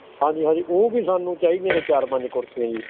ਹਾਂ ਜੀ ਹਾਂ ਜੀ ਉਹ ਵੀ ਸਾਨੂੰ ਚਾਹੀਦੀਆਂ ਨੇ ਚਾਰ ਪੰਜ ਕੁਰਸੀਆਂ ਜੀ